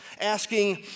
asking